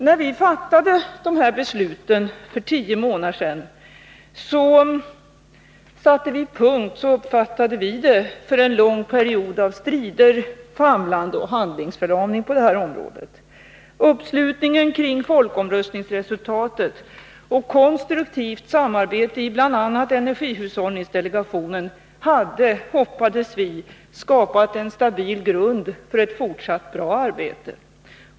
När vi för tio månader sedan fattade dessa beslut, uppfattade vi det som att vi satte punkt för en lång period av strider, famlande och handlingsförlamning på detta område. Uppslutningen kring folkomröstningsresultatet och konstruktivt samarbete i bl.a. energihushållningsdelegationen hade, hoppades vi, skapat en stabil grund för ett fortsatt bra arbete.